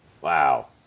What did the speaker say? Wow